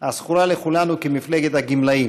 הזכורה לכולנו כמפלגת הגמלאים,